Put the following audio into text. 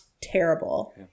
terrible